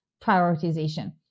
prioritization